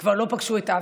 כבר לא פגשו את אברהם.